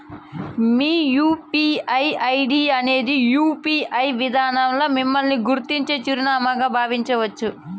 మీ UPI ID అనేది UPI విదానంల మిమ్మల్ని గుర్తించే చిరునామాగా బావించచ్చు